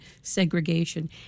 segregation